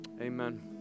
amen